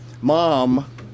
Mom